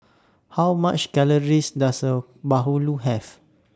How much Calories Does A Bahulu Have